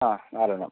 ആ നാലെണ്ണം